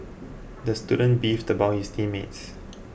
the student beefed about his team mates